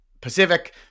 Pacific